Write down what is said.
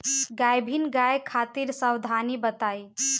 गाभिन गाय खातिर सावधानी बताई?